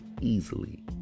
easily